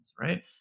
right